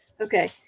okay